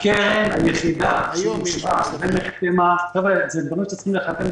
הקרן היחידה שנחתמה --- לא שומעים.